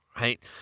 right